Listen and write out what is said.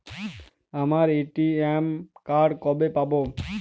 আমার ATM card কবে পাব?